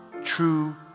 True